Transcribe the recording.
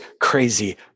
crazy